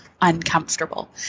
uncomfortable